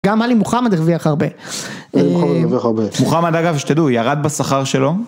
גם עלי מוחמד הרוויח הרבה. עלי מוחמד הרוויח הרבה. מוחמד אגב, שתדעו, ירד בסחר שלו.